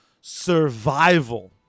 survival